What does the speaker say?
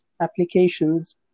applications